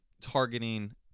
targeting